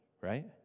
right